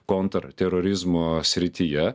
konterterorizmo srityje